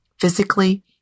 Physically